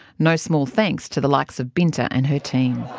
no small thanks to the likes of binta and her team.